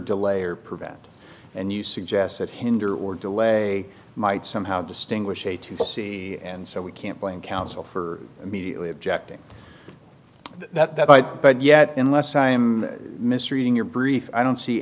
delay or prevent and you suggest that hinder or delay might somehow distinguish a to b c and so we can't blame counsel for immediately objecting that but yet unless i'm misreading your brief i don't see